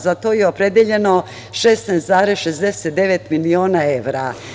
Za to je opredeljeno 16,69 miliona evra.